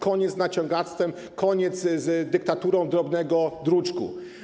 Koniec z naciągactwem, koniec z dyktaturą drobnego druczku.